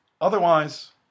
otherwise